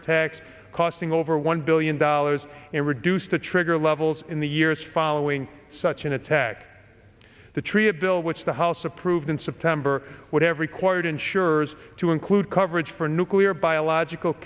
attacks costing over one billion dollars and reduce the trigger levels in the years following such an attack the tree a bill which the house approved in september would have required insurers to include coverage for nuclear biological